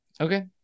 Okay